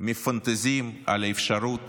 מפנטזים על האפשרות